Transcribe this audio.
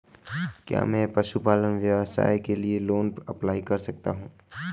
क्या मैं पशुपालन व्यवसाय के लिए लोंन अप्लाई कर सकता हूं?